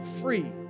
free